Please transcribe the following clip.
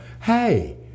hey